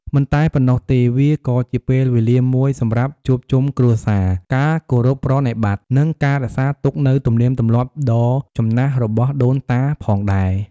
មិនតែប៉ុណ្ណោះទេ វាក៏ជាពេលវេលាមួយសម្រាប់ជួបជុំគ្រួសារ ការគោរពប្រណិប័តន៍ និងការរក្សាទុកនូវទំនៀមទម្លាប់ដ៏ចំណាស់របស់ដូនតាផងដែរ។